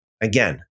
Again